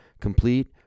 complete